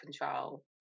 control